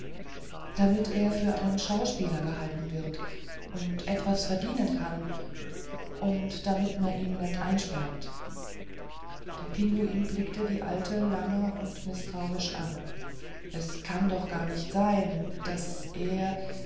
damit er für einen schauspieler gehalten wird und etwas verdienen kann und damit mer ihn net einsperrt der pinguin blickte die alte lang und mißtrauisch an es kann doch gar nicht sein daß er